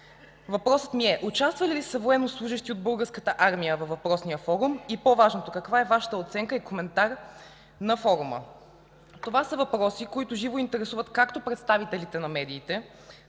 Въпросът ми е: участвали ли са военнослужещи от Българската армия във въпросния форум? И по-важното: каква е Вашата оценка и коментар на форума? Това са въпроси, които живо интересуват както представителите на медиите,